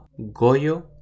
Goyo